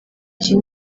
iki